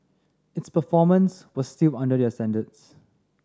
its performance was still under their standards